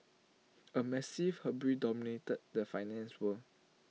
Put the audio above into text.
A massive hubris dominated the finance world